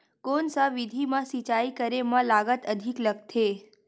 कोन सा विधि म सिंचाई करे म लागत अधिक लगथे?